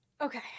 Okay